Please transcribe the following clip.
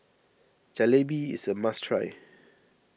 Jalebi is a must try